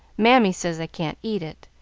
mammy says i can't eat it,